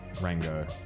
Rango